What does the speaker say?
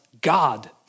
God